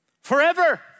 Forever